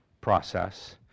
process